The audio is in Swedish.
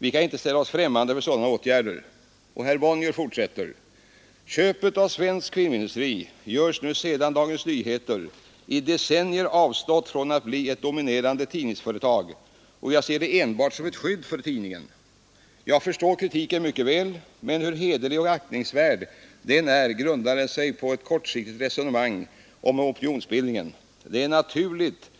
Vi kan inte ställa oss främmande för sådana åtgärder.” Och herr Bonnier fortsätter: ”Köpet av SF görs nu sedan DN i decennier avstått från att bli ett dominerande tidningsföretag och jag ser det enbart som ett skydd för tidningen. Jag förstår kritiken mycket väl. Men hur hederlig och aktningsvärd den än är grundar den sig på ett kortsiktigt resonemang om opinionsbildningen. Det är naturligt,